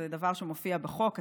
זה דבר שמופיע בחוק עצמו.